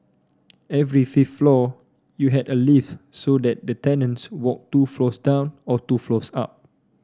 every floor you had a lift so that the tenants walked two floors down or two floors up